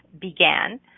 began